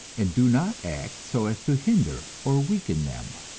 and do not act so as to hinder or weaken them.